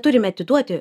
turime atiduoti